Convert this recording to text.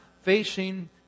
facing